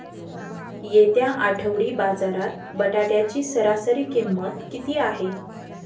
येत्या आठवडी बाजारात बटाट्याची सरासरी किंमत किती आहे?